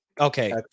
okay